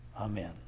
Amen